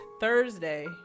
Thursday